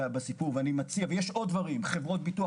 ויש עוד דברים חברות ביטוח.